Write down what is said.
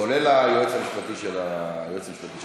כולל היועץ המשפטי של הכנסת,